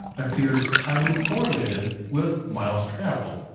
appears highly correlated with miles traveled.